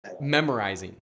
memorizing